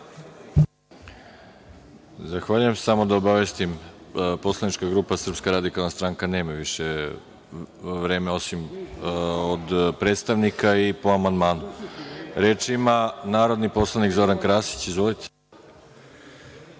Zahvaljujem se. Samo da obavestim da Poslanička grupa Srpske radikalne stranke nema više vremena, osim od predstavnika i po amandmanu. Reč ima narodni poslanik Zoran Krasić. Izvolite.